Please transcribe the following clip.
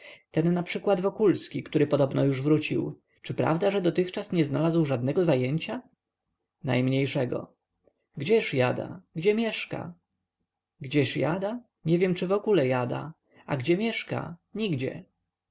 nieszczęścia ten naprzykład wokulski który podobno już wrócił czy prawda że dotychczas nie znalazł żadnego zajęcia najmniejszego gdzież jada gdzie mieszka gdzie jada nie wiem nawet czy wogóle jada a gdzie mieszka nigdzie